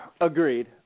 Agreed